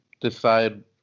decide